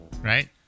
right